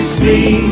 see